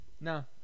no